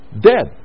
dead